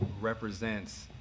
represents